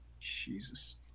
Jesus